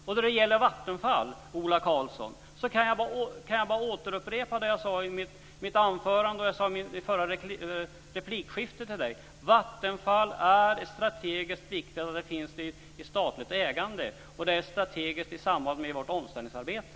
Vad gäller Vattenfall, Ola Karlsson, kan jag bara återupprepa det jag sade i mitt anförande och i mitt förra replikskifte med Ola Karlsson. Det är strategiskt viktigt att det finns ett statligt ägande i Vattenfall, och Vattenfall är strategiskt viktigt i samband med vårt omställningsarbete.